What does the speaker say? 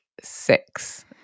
six